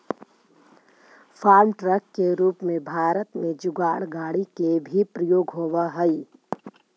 farm truck के रूप में भारत में जुगाड़ गाड़ि के भी प्रयोग होवऽ हई